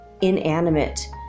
inanimate